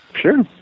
Sure